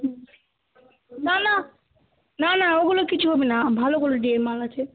হুম না না না না ওগুলো কিছু হবে না ভালো কোয়ালিটির মাল আছে